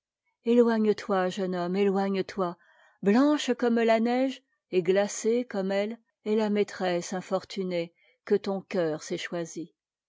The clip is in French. toi jeune homme éteigne toi manche comme ia neige et glacée comme elle est la maîtresse infortunée que ton cœur s'est